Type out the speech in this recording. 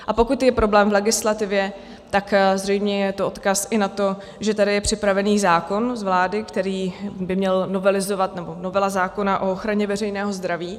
A pokud je problém v legislativě, tak je to zřejmě odkaz i na to, že je tady připravený zákon z vlády, který by měl novelizovat, nebo novela zákona o ochraně veřejného zdraví.